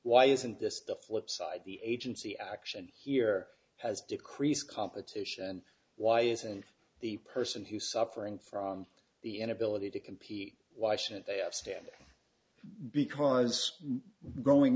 why isn't this the flip side the agency action here has decreased competition and why isn't the person who suffering from the inability to compete why shouldn't they have standing because growing